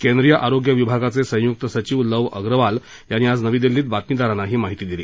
केंद्रीय आरोग्य विभागाचे संय्क्त सचिव लव अग्रवाल यांनी आज नवी दिल्लीत बातमीदारांना ही माहिती दिली